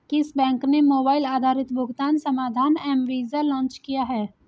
किस बैंक ने मोबाइल आधारित भुगतान समाधान एम वीज़ा लॉन्च किया है?